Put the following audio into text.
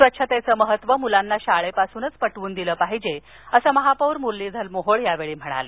स्वच्छतेचं महत्व मुलांना शाळेपासूनच पटवून दिलं पाहिजे असं महापौर मुरलीधर मोहोळ यावेळी म्हणाले